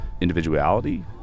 individuality